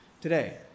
today